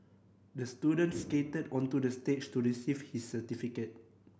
the student skated onto the stage to receive his certificate